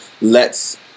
lets